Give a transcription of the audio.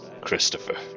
Christopher